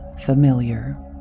familiar